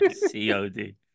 cod